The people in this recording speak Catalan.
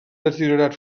deteriorat